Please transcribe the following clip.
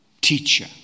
teacher